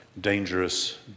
dangerous